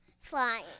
Flying